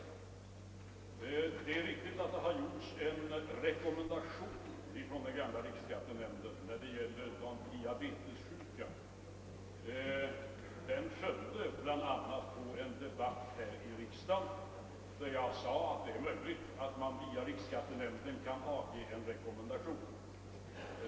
Det är riktigt att den gamla riksskattenämnden har gjort en rekommendation beträffande diabetessjuka. Den följde på bl.a. en debatt här i kammaren där jag sade att det är möjligt att man via riksskattenämnden kan avge en rekommendation.